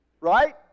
Right